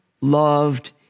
loved